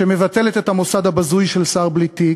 שמבטלת את המוסד הבזוי של שר בלי תיק,